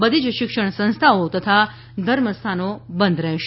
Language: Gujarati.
બધી જ શિક્ષણ સંસ્થાઓ તથા ધર્મસ્થાનો બંધ રહેશે